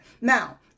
now